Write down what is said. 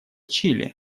чили